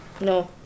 no